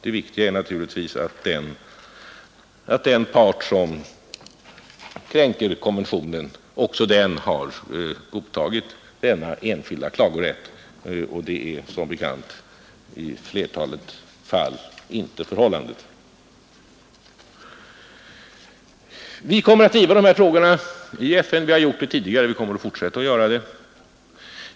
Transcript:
Det viktiga är naturligtvis att den part som kränker en konvention har godtagit denna enskilda klagorätt, och det är som bekant i flertalet fall inte förhållandet. Vi har drivit dessa frågor i FN tidigare, och vi kommer att fortsätta att göra det.